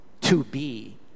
to-be